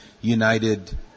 United